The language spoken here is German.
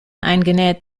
eingenäht